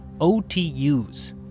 OTUs